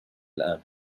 الآن